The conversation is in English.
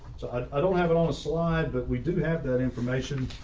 so i don't have it on a slide but we do have that information.